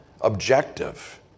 objective